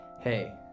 Hey